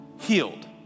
healed